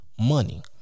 money